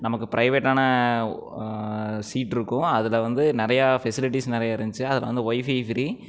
நமக்கு பிரைவேட்டான சீட்டு இருக்கும் அதில் வந்து நிறையா ஃபெசிலிட்டிஸ் நிறைய இருந்துச்சு அதில் வந்து வைஃபை ஃப்ரீ